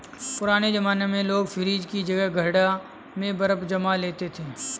पुराने जमाने में लोग फ्रिज की जगह घड़ा में बर्फ जमा लेते थे